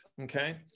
Okay